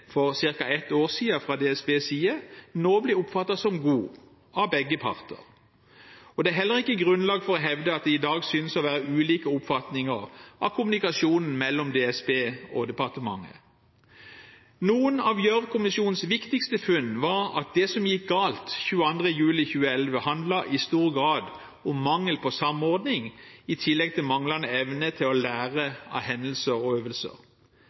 for ca. ett år siden fra DSBs side, nå blir oppfattet som god av begge parter. Det er heller ikke grunnlag for å hevde at det i dag synes å være ulike oppfatninger av kommunikasjonen mellom DSB og departementet. Noen av Gjørv-kommisjonens viktigste funn var at det som gikk galt 22. juli 2011, i stor grad handlet om mangel på samordning i tillegg til manglende evne til å lære av hendelser og øvelser.